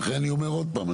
ולכן אני אומר עוד פעם,